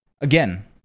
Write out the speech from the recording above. again